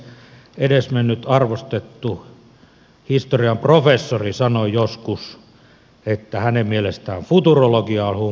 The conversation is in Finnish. edesmennyt arvostettu historian professori sanoi joskus että hänen mielestään futurologia on humpuukia